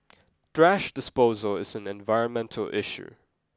disposal is an environmental issue